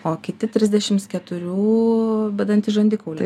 o kiti trisdešimt keturių bedantį žandikaulį